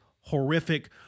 horrific